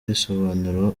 risobanura